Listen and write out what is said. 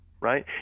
right